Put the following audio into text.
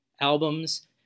albums